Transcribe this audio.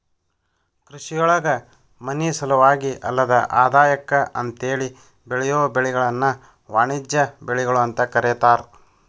ಕೃಷಿಯೊಳಗ ಮನಿಸಲುವಾಗಿ ಅಲ್ಲದ ಆದಾಯಕ್ಕ ಅಂತೇಳಿ ಬೆಳಿಯೋ ಬೆಳಿಗಳನ್ನ ವಾಣಿಜ್ಯ ಬೆಳಿಗಳು ಅಂತ ಕರೇತಾರ